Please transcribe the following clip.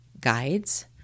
guides